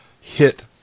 hit